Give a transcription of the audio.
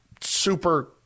super